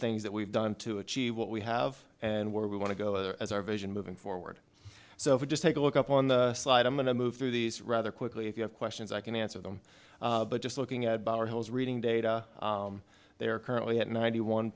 ings that we've done to achieve what we have and where we want to go as our vision moving forward so if you just take a look up on the slide i'm going to move through these rather quickly if you have questions i can answer them but just looking at our heels reading data they are currently at ninety one